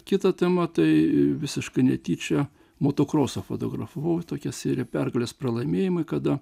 kita tema tai visiškai netyčia motokrosą fotografavau tuokiasi ir pergalės pralaimėjimai kada